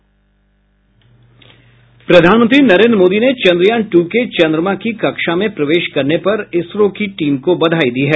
प्रधानमंत्री नरेन्द्र मोदी ने चंन्द्रयान दू के चन्द्रमा की कक्षा में प्रवेश करने पर इसरो की टीम को बधाई दी है